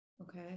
Okay